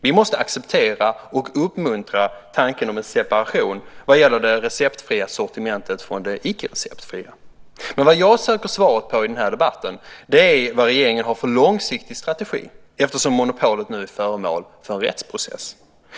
Vi måste acceptera och uppmuntra tanken på en separation gällande det receptfria sortimentet och det icke receptfria. Men vad jag söker svar på i den här debatten är vad regeringen har för långsiktig strategi eftersom monopolet nu är föremål för en rättsprocess.